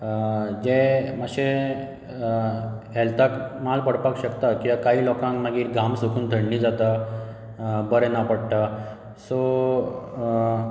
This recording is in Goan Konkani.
जें मातशें हॅल्थाक माल पडपाक शकता कित्याक कांय लोकांक मागीर घाम सुकून थंडी जाता बरे ना पडटा सो